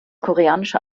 koreanische